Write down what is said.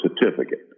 certificate